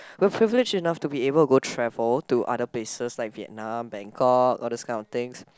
we're privileged enough to be able to go travel to other places like Vietnam Bangkok all those kind of things